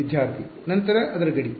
ವಿದ್ಯಾರ್ಥಿ ನಂತರ ಅದರ ಗಡಿ